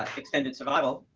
like extended survival.